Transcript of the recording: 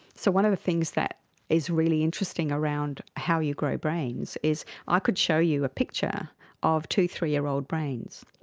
so one of the things that is really interesting around how you grow brains is i could show you a picture of two three-year-old brains,